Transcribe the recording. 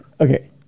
Okay